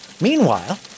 Meanwhile